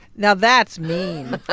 now that's mean